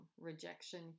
rejection